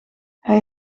hij